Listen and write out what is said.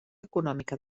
econòmica